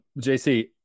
JC